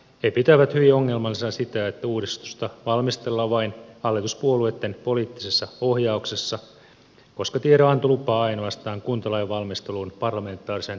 he pitävät hyvin ongelmallisena sitä että uudistusta valmistellaan vain hallituspuolueitten poliittisessa ohjauksessa koska tiedonanto lupaa ainoastaan kuntalain valmisteluun parlamentaarisen seurantaryhmän